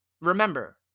remember